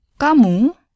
kamu